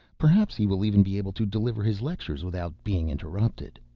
perhaps he will even be able to deliver his lectures without being interrupted.